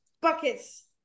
Buckets